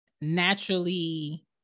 naturally